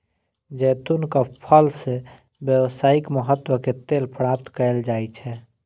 जैतूनक फल सं व्यावसायिक महत्व के तेल प्राप्त कैल जाइ छै